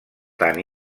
tant